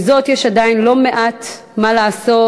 עם זאת, יש עדיין לא מעט מה לעשות,